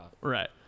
Right